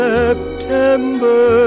September